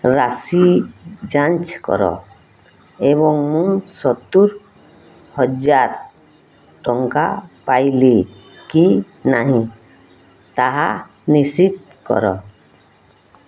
ରାଶି ଯାଞ୍ଚ କର ଏବଂ ମୁଁ ସତୁରି ହଜାର ଟଙ୍କା ପାଇଲି କି ନାହିଁ ତାହା ନିଶ୍ଚିତ କର